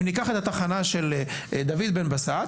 אם ניקח את התחנה של דוד בן בסט,